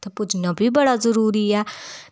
उत्थै पुज्जना बी बड़ा जरूरी ऐ